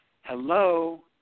Hello